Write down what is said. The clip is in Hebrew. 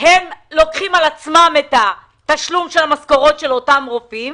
הם לוקחים על עצמם את תשלום המשכורות של אותם רופאים